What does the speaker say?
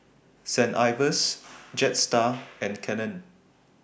Saint Ives Jetstar and Canon